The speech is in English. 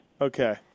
Okay